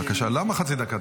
למה חצי דקה?